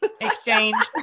Exchange